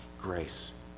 grace